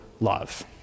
love